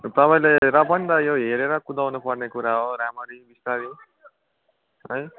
र तपाईँले र पनि त यो हेरेर कुदाउनु पर्ने कुरा हो राम्ररी बिस्तारै है